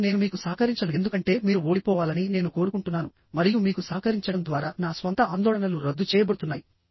కాబట్టి నేను మీకు సహకరించను ఎందుకంటే మీరు ఓడిపోవాలని నేను కోరుకుంటున్నాను మరియు మీకు సహకరించడం ద్వారా నా స్వంత ఆందోళనలు రద్దు చేయబడుతున్నాయి